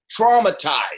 traumatized